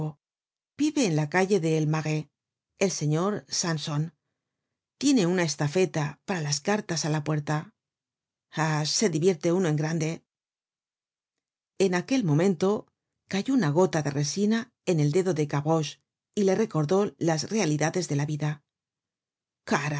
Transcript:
vive en la calle del marais el señor'sanson tiene una estafeta para las cartas á la puerta ah se divierte uno en grande en aquel momento cayó una gota de resina en el dedo de gavroche y le recordó las realidades de la vida